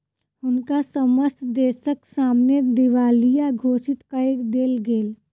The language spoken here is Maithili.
हुनका समस्त देसक सामने दिवालिया घोषित कय देल गेल